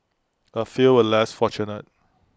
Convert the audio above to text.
A few were less fortunate